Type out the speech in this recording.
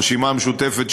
ברשימה המשותפת,